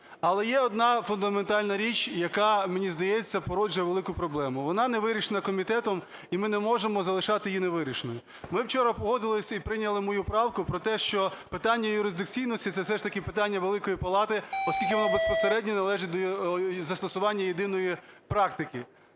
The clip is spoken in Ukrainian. Але є одна фундаментальна річ, яка, мені здається, породжує велику проблему. Вона не вирішена комітетом і ми не можемо залишати її невирішеною. Ми вчора погодились і прийняли мою правку про те, що питання юристдикційності – це все ж таки питання Великої Палати, оскільки воно безпосередньо належить до застосування єдиної практики,